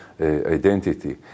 identity